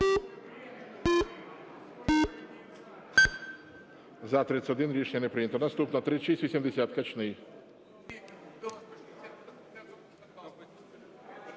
За-31 Рішення не прийнято. Наступна 3680, Качний.